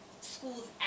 Schools